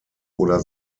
oder